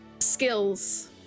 skills